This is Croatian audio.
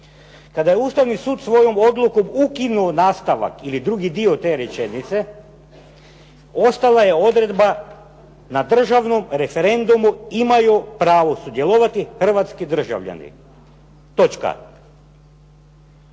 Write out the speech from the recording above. Kada je Ustavni sud svojom odlukom ukinuo nastavak ili drugi dio te rečenice ostala je odredba na državnom referendumu imaju pravo sudjelovati hrvatski državljani. Sve